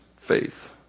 faith